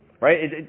Right